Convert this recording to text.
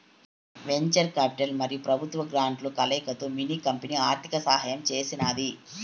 venture capital మరియు పెబుత్వ గ్రాంట్ల కలయికతో మిన్ని కంపెనీ ఆర్థిక సహాయం చేసినాది